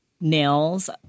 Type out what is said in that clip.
nails